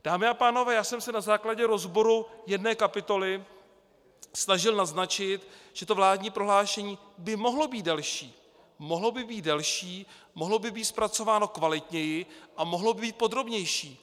Dámy a pánové, já jsem se na základě rozboru jedné kapitoly snažil naznačit, že to vládní prohlášení by mohlo být delší, mohlo by být zpracováno kvalitněji a mohlo by být podrobnější.